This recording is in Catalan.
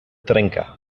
trenca